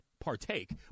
partake